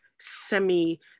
semi